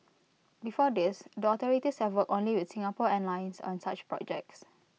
before this the authorities have worked only with Singapore airlines on such projects